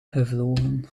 gevlogen